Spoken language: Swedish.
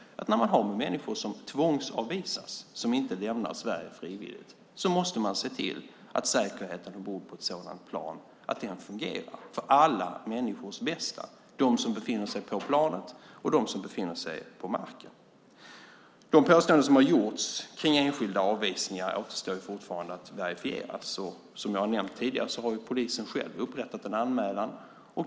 När man har att göra med människor som tvångsavvisas, som inte lämnar Sverige frivilligt, måste man se till att säkerheten ombord på planet fungerar för alla människors bästa. Det handlar om dem som befinner sig på planet och dem som befinner sig på marken. De påståenden som har gjorts om enskilda avvisningar återstår fortfarande att verifieras. Som jag har nämnt tidigare har polisen själv upprättat en anmälan.